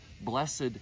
blessed